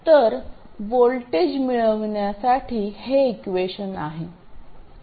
तर व्होल्टेज मिळविण्यासाठी हे इक्वेशन आहे